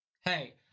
hey